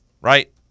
Right